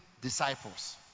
disciples